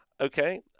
okay